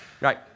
Right